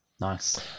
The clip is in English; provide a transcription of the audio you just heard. Nice